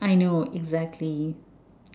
I know exactly